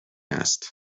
است